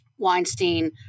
Weinstein